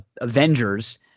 Avengers